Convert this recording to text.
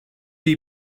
iyi